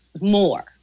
more